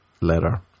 letter